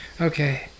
Okay